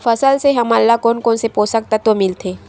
फसल से हमन ला कोन कोन से पोषक तत्व मिलथे?